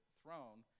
throne